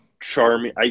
charming